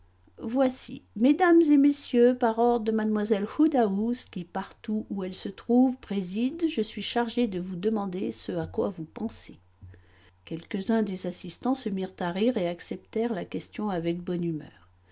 voici mesdames et messieurs par ordre de mlle woodhouse qui partout où elle se trouve préside je suis chargé de vous demander ce à quoi vous pensez quelques-uns des assistants se mirent à rire et acceptèrent la question avec bonne humeur